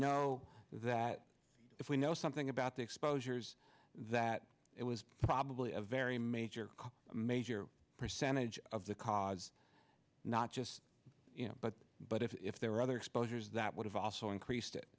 know that if we know something about the exposures that it was probably a very major major percentage of the cause not just but but if there were other exposures that would have also increased it